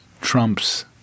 trumps